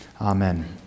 Amen